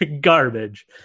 garbage